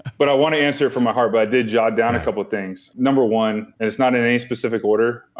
but i want to answer it from my heart but i did jot down a couple of things number one, and it's not in any specific order.